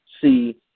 See